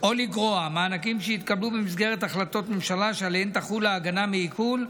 או לגרוע מענקים שהתקבלו במסגרת החלטות ממשלה שעליהן תחול ההגנה מעיקול,